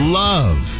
love